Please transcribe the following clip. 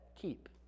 Keep